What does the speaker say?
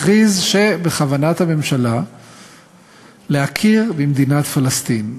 הכריז שבכוונת הממשלה להכיר במדינת פלסטין.